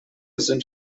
sind